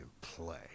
play